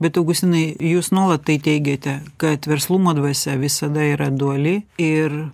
bet augustinai jūs nuolat tai teigiate kad verslumo dvasia visada yra duali ir